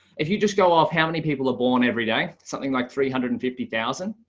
if you just go off how many people are born every day, something like three hundred and fifty thousand.